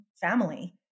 family